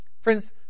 Friends